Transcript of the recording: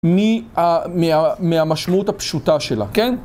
מהמשמעות הפשוטה שלה, כן?